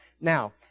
Now